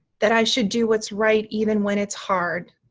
that i should do what's right even when it's hard,